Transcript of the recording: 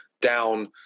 down